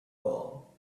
gall